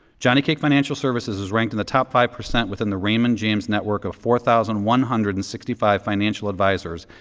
johnnycake financial services is ranked in the top five percent within the raymond james network of four thousand one hundred and sixty five financial advisors,